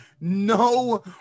no